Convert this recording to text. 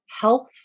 health